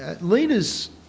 leaders